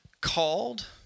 called